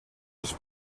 els